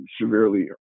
severely